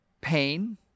pain